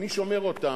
אני שומר אותן,